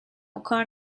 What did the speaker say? وکار